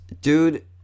dude